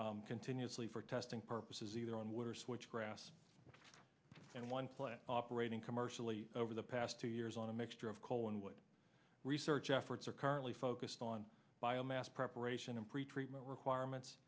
continuously for testing purposes either on water switchgrass and one plant operating commercially over the past two years on a mixture of coal and wood research efforts are currently focused on biomass preparation and pretreatment requirements